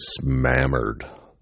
smammered